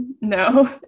No